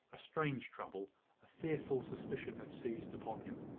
a strange trouble a fearful suspicion had seized upon him.